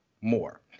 more